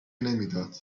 نمیداد